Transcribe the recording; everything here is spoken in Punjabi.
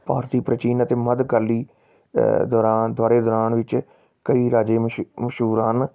ਭਾਰਤੀ ਪ੍ਰਾਚੀਨ ਅਤੇ ਮੱਧ ਕਾਲੀ ਦੌਰਾਨ ਦੁਆਰੇ ਦੌਰਾਨ ਵਿੱਚ ਕਈ ਰਾਜੇ ਮਸ਼ ਮਸ਼ਹੂਰ ਹਨ